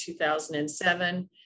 2007